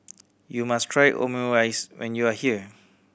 you must try Omurice when you are here